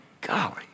golly